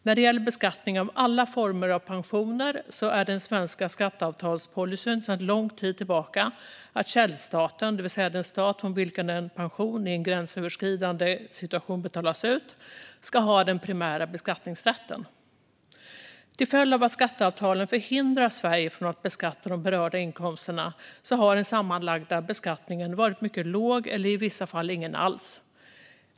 När det gäller beskattning av alla former av pensioner är den svenska skatteavtalspolicyn sedan lång tid tillbaka att källstaten, det vill säga den stat från vilken en pension i en gränsöverskridande situation betalas ut, ska ha den primära beskattningsrätten. Till följd av att skatteavtalen hindrar Sverige från att beskatta de berörda inkomsterna har den sammanlagda beskattningen varit mycket låg eller i vissa fall ingen alls.